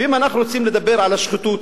ואם אנחנו רוצים לדבר על השחיתות,